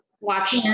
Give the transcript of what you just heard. Watch